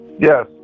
Yes